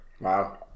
Wow